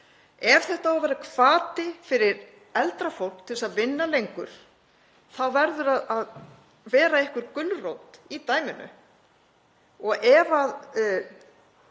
Ef þetta á að vera hvati fyrir eldra fólk til að vinna lengur þá verður að vera einhver gulrót í dæminu. Og ef